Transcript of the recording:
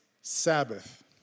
Sabbath